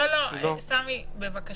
כמובן, יש